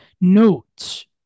notes